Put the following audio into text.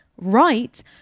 right